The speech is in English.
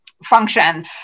function